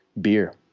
beer